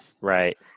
Right